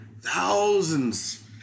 Thousands